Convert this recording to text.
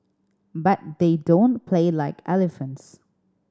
but they don't play like elephants